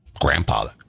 Grandpa